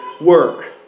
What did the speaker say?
work